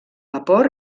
vapor